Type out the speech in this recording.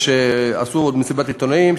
עשו מסיבת עיתונאים,